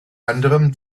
anderem